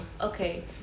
Okay